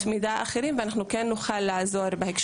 מידע אחרים ואנחנו כן נוכל לעזור בהקשר.